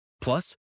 Plus